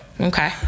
Okay